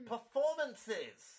Performances